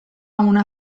una